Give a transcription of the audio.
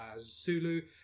Zulu